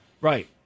Right